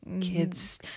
kids